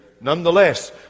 nonetheless